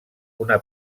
una